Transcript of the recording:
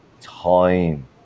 time